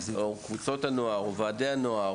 הנהגת הנוער וועדי הנוער,